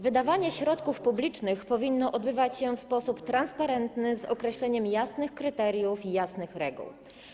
Wydawanie środków publicznych powinno odbywać się w sposób transparentny, z określeniem jasnych kryteriów i jasnych reguł.